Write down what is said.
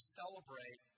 celebrate